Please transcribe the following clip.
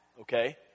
okay